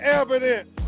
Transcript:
evidence